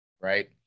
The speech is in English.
right